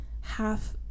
half